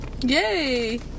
yay